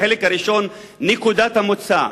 החלק הראשון, נקודת המוצא.